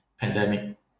pandemic